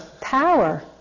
power